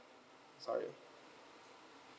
sorry